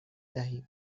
دهیم